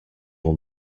will